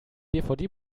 dvd